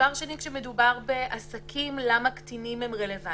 כשמדובר בעסקים, למה קטינים רלוונטיים?